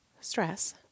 stress